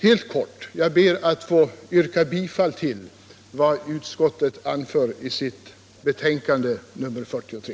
Fru talman! Jag ber helt kort att få yrka bifall till vad utskottet hemställer i sitt betänkande nr 43.